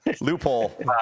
Loophole